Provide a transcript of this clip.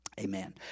Amen